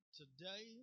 today